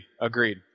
Agreed